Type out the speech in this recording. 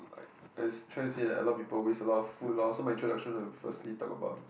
I I try to say that a lot of people waste a lot of food loh so my introduction and first lead talk about like